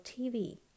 TV